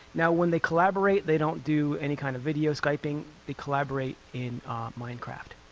now, when they collaborate they don't do any kind of video skyping, they collaborate in minecraft.